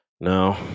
No